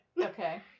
Okay